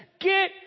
get